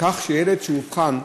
נא להיצמד לטקסט.